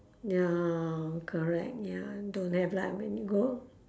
ya correct ya don't have lah my new goal